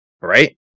right